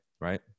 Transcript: right